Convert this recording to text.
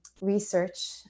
research